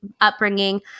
upbringing